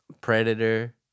Predator